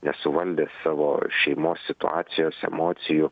nesuvaldęs savo šeimos situacijos emocijų